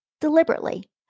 deliberately